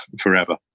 forever